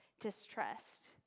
distrust